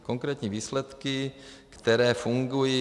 Konkrétní výsledky, které fungují.